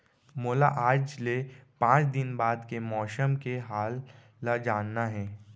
मोला आज ले पाँच दिन बाद के मौसम के हाल ल जानना हे?